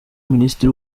ministri